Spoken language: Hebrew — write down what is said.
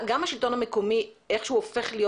גם השלטון המקומי איך שהוא הופך להיות